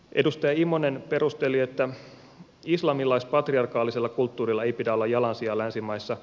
edustaja immonen perusteli että islamilais patriarkaalisella kulttuurilla ei pidä olla jalansijaa länsimaissa